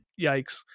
yikes